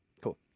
Cool